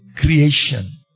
creation